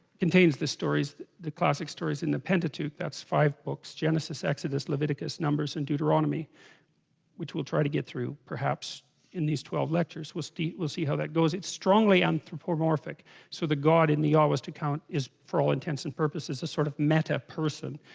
contains the stories the classic stories in the pentateuch that's five books genesis exodus leviticus numbers and deuteronomy which we'll try to get through perhaps in these twelve lectures we'll see we'll how that goes it's strongly on through? ah perfect so the god in the august account is for all intents and purposes a sort of meta person